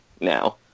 now